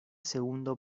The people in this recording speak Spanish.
segundo